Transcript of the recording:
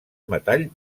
metall